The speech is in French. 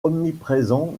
omniprésent